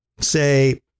say